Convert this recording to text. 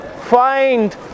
Find